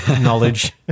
knowledge